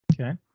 Okay